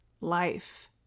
life